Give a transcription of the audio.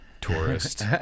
tourist